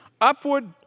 Upward